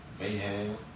Mayhem